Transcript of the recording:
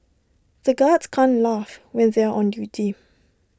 the guards can't laugh when they are on duty